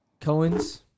Cohen's